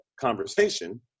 conversation